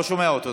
לא שומע אותו,